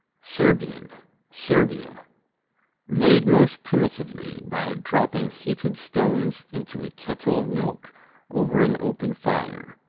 serbian serbia made most primitively by dropping heated stones into a kettle of milk over an open fire.